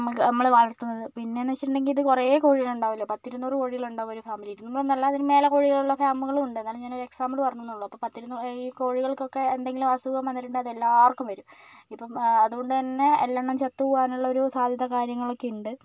നമക്ക് നമ്മള് വളർത്തുന്നത് പിന്നേന്ന് വെച്ചിട്ടുണ്ടെങ്കില് ഇത് കുറെ കോഴികളുണ്ടാകുമല്ലോ പത്തിരുന്നൂറ് കോഴികളുണ്ടാകും ഒര് ഫാമില് ഇരുന്നൂറെന്നല്ല അതിലും മേലെ കോഴികളുള്ള ഫാമുകളൂണ്ട് എന്നാലും ഞാനൊരെക്സാമ്പിള് പറഞ്ഞെന്നേയുള്ളു അപ്പോൾ പത്തിരുന്നൂറ് ഈ കോഴികൾക്കൊക്കെ എന്തെങ്കിലും അസുഖം വന്നിട്ടുണ്ടെങ്കിൽ അതെല്ലാവർക്കും വരും ഇപ്പം അതുകൊണ്ട് തന്നെ എല്ലാ എണ്ണവും ചത്ത് പോകാനുള്ളൊരു സാധ്യത കാര്യങ്ങളൊക്കെയുണ്ട്